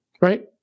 right